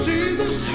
Jesus